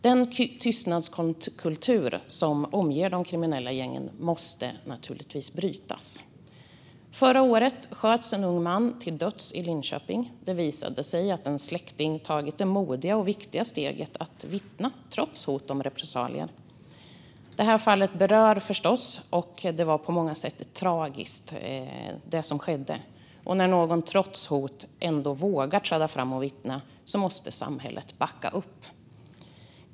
Den tystnadskultur som omger de kriminella gängen måste naturligtvis brytas. Förra året sköts en ung man till döds i Linköping. Det visade sig att en släkting tagit det modiga och viktiga steget att vittna trots hot om repressalier. Detta fall berör förstås. Det som skedde var på många sätt tragiskt. När någon trots hot vågar träda fram och vittna måste samhället backa upp personen.